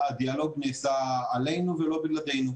הדיאלוג נעשה עלינו ולא בלעדינו.